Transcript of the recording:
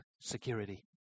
security